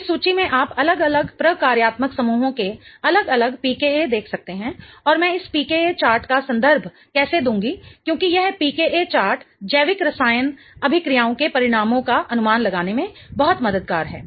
इस सूची में आप अलग अलग प्रकार्यात्मक समूहों के अलग अलग pKa देख सकते हैं और मैं इस pKa चार्ट का संदर्भ कैसे दूंगी क्योंकि यह pKa चार्ट जैविक रसायन अभीक्रियाओं के परिणामों का अनुमान लगाने में बहुत मददगार है